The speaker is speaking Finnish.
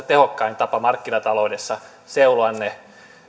tehokkain tapa markkinataloudessa seuloa ne